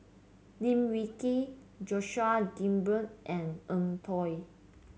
Lim Wee Kiak Joseph Grimberg and Eng Tow